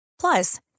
Plus